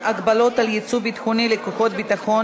הגבלות על יצוא ביטחוני לכוחות ביטחון